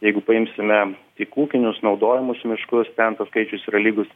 jeigu paimsime tik ūkinius naudojamus miškus ten tas skaičius yra lygus